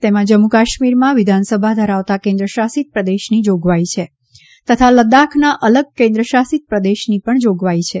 તેમાં જમ્મુકાશ્મીરમાં વિધાનસભા ધરાવતા કેન્દ્રશાસિત પ્રદેશની જાગવાઇ છે તથા લદ્દાખના અલગ કેન્દ્રશાસિત પ્રદેશની પણ જાગવાઇ છે